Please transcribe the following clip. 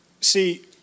See